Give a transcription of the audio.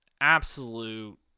absolute